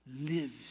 lives